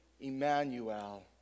Emmanuel